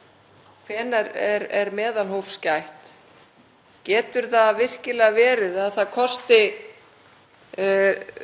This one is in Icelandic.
netskrár 700 kr. í hvert skipti sem einhver rambar þar